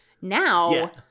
Now